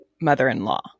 mother-in-law